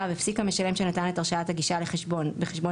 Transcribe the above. הפסיק המשלם שנתן את הרשאת הגישה לחשבון בחשבון